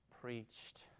preached